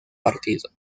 partido